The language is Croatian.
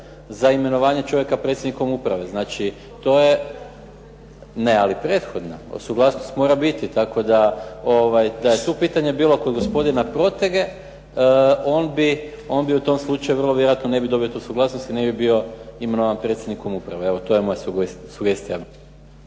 za imenovanje čovjeka predsjednikom uprave, znači to je. …/Upadica se ne razumije./… Ne, ali prethodna. Suglasnost mora biti, tako da, da je tu pitanje bilo kod gospodina Protege, on bi u tom slučaju vrlo vjerojatno ne bi dobio tu suglasnost i ne bi bio imenovan predsjednikom uprave. Evo to je moja sugestija.